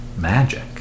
magic